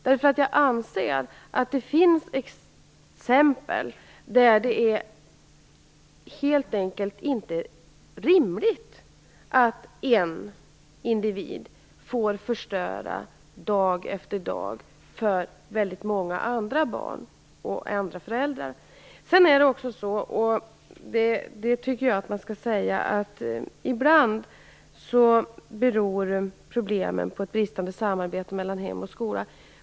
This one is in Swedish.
Jag anser nämligen att det finns exempel där det helt enkelt inte är rimligt att en individ får förstöra dag efter dag för väldigt många andra barn och föräldrar. Ibland beror problemen på ett bristande samarbete mellan hem och skola.